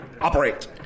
operate